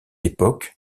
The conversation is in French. époque